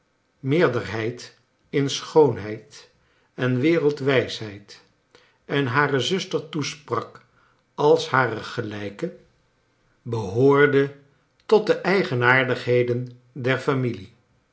meerderheid in schoonheid en wereldwijsheid en hare zuster toesprak als haar gelijke behoorde tot de eigenaardigheden der f amilie